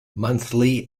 monthly